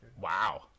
Wow